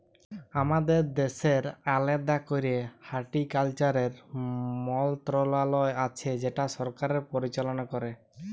আমাদের দ্যাশের আলেদা ক্যরে হর্টিকালচারের মলত্রলালয় আছে যেট সরকার পরিচাললা ক্যরে